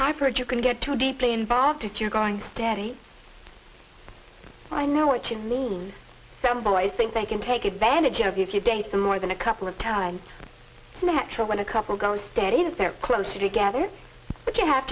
i've heard you can get too deeply involved if you're going steady i know what you mean some boys think they can take advantage of you if you date them more than a couple of times it's natural when a couple goes steady that they're closer together but you have